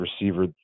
receiver